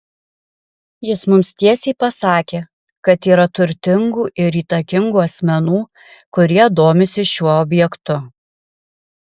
jis mums tiesiai pasakė kad yra turtingų ir įtakingų asmenų kurie domisi šiuo objektu